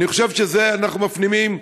אני חושב שאנחנו מפנימים.